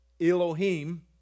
Elohim